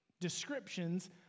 descriptions